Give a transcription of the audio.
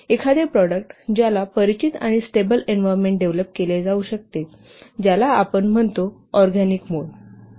एखादे प्रॉडक्ट ज्याला परिचित आणि स्टेबल एन्व्हारमेन्ट डेव्हलोप केले जाऊ शकते ज्याला आपण ऑरगॅनिक मोड म्हणतो